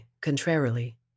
contrarily